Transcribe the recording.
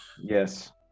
Yes